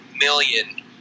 million